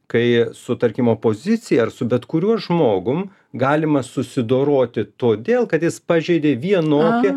kai su tarkim opozicija ar su bet kuriuo žmogum galima susidoroti todėl kad jis pažeidė vienokį